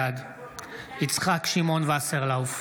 בעד יצחק שמעון וסרלאוף,